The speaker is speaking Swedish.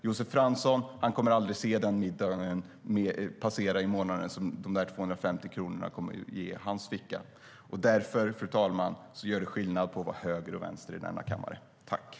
Josef Fransson kommer aldrig att märka den middag som de 250 kronorna i månaden ger honom. Därför, fru talman, gör det skillnad på att vara höger eller vänster i denna kammare.